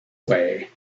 way